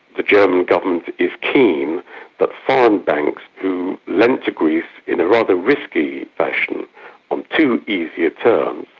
the german government is keen that foreign banks who lent to greece in a rather risky fashion on too easy terms,